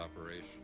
operation